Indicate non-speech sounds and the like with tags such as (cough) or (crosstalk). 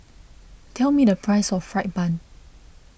tell me the (noise) price of Fried Bun